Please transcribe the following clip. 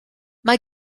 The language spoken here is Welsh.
mae